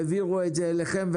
העבירו את זה אליכם,